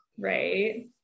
Right